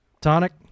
tonic